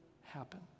happen